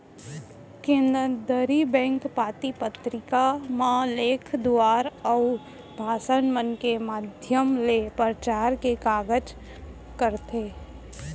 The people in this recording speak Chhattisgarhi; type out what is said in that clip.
केनदरी बेंक पाती पतरिका मन म लेख दुवारा, अउ भासन मन के माधियम ले परचार के कारज करथे